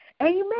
Amen